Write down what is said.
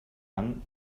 han